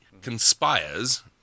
conspires